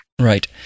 Right